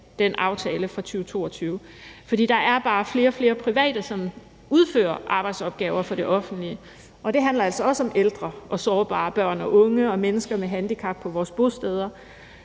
den aftale fra 2022. For der er bare flere og flere private, som udfører arbejdsopgaver for det offentlige, og det handler altså også om ældre, sårbare børn og unge og mennesker med handicap på vores bosteder.